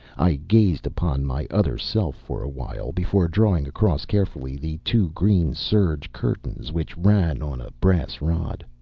i gazed upon my other self for a while before drawing across carefully the two green serge curtains which ran on a brass rod.